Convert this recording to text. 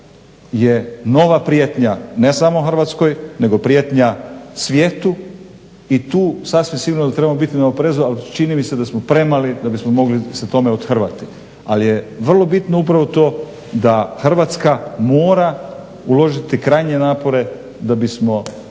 GMO je nova prijetnja ne samo Hrvatskoj nego prijetnja svijetu i tu sasvim sigurno da trebamo biti na oprezu ali čini mi se da smo premali da bismo se tome othrvati ali je vrlo bitno upravo to Hrvatska mora uložiti krajnje napore da bismo